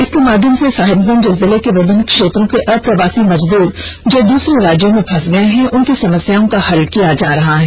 इसके माध्यम से सहिबगंज जिले के विभिन्न क्षेत्रों के अप्रवासी मजदूर जो दूसरे राज्यों में फंस गए हैं उनकी समस्याओं का हल किया जा रहा है